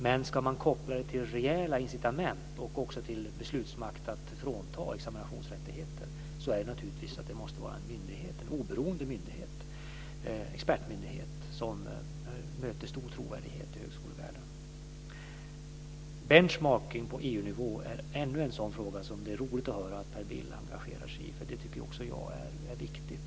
Men ska man koppla det till rejäla incitament och också till beslutsmakt att frånta examinationsrättigheter måste det naturligtvis vara en oberoende expertmyndighet som möter stor trovärdighet i högskolevärlden. Benchmarking på EU-nivå är ännu en sådan fråga som det är roligt att höra att Per Bill engagerar sig i. Också jag tycker att det är viktigt.